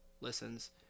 Listens